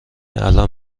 الان